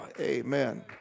Amen